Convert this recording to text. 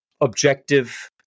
objective